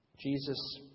Jesus